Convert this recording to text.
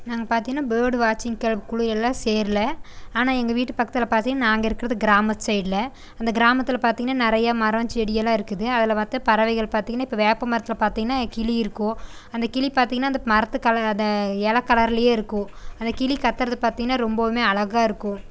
நாங்கள் பார்த்திங்கனா பேர்ட் வாட்ச்சிங் குழு எல்லாம் சேரல ஆனால் எங்கள் வீட்டு பக்கத்தில் பாத்தோனா நாங்கள் இருக்கிறது கிராமம் சைடில் அந்த கிராமத்தில் பார்த்திங்கனா நிறைய மரம் செடியெல்லாம் இருக்குது அதில் பார்த்தா பறவைகள் பார்த்திங்கனா இப்போ வேப்பமரத்தில் பார்த்திங்கனா கிளி இருக்கும் அந்த கிளி பார்த்திங்கனா அந்த மரத்து கலர் அந்த எலை கலர்லேயே இருக்கும் அந்த கிளி கத்துறது பார்த்திங்கனா ரொம்பவும் அழகாக இருக்கும்